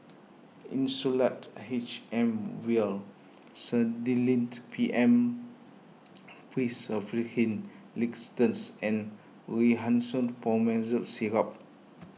Insulatard H M Vial P M Linctus and Rhinathiol Promethazine Syrup